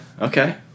Okay